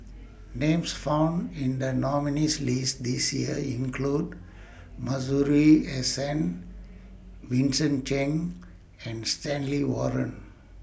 Names found in The nominees' list This Year include Masuri S N Vincent Cheng and Stanley Warren